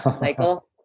Michael